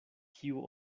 kiu